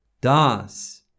Das